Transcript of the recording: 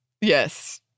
Yes